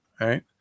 right